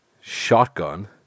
Shotgun